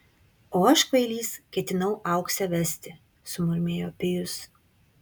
o aš kvailys ketinau auksę vesti sumurmėjo pijus